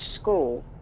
school